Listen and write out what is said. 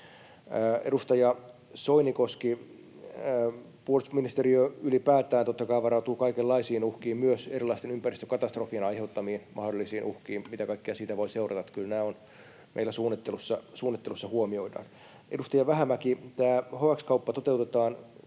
Edustaja Soinikoski, puolustusministeriö ylipäätään totta kai varautuu kaikenlaisiin uhkiin, myös erilaisten ympäristökatastrofien aiheuttamiin mahdollisiin uhkiin ja siihen, mitä kaikkea niistä voi seurata. Kyllä nämä meillä suunnittelussa huomioidaan. Edustaja Vähämäki, tämä HX-kauppa toteutetaan.